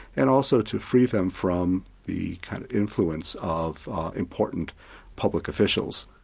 and also to free them from the kind of influence of important public officials.